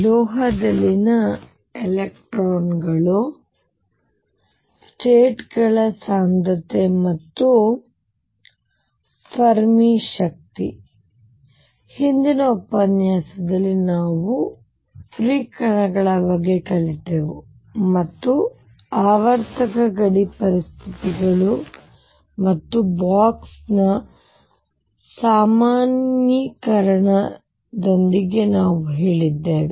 ಲೋಹದಲ್ಲಿನ ಎಲೆಕ್ಟ್ರಾನ್ಗಳು ಸ್ಟೇಟ್ ಗಳ ಸಾಂದ್ರತೆ ಮತ್ತು ಫೆರ್ಮಿ ಶಕ್ತಿ ಹಿಂದಿನ ಉಪನ್ಯಾಸದಲ್ಲಿ ನಾವು ಉಚಿತ ಕಣಗಳ ಬಗ್ಗೆ ಕಲಿತೆವು ಮತ್ತು ಆವರ್ತಕ ಗಡಿ ಪರಿಸ್ಥಿತಿಗಳು ಮತ್ತು ಬಾಕ್ಸ್ ಸಾಮಾನ್ಯೀಕರಣದೊಂದಿಗೆ ನಾವು ಹೇಳಿದ್ದೇವೆ